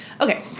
Okay